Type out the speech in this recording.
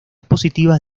positivas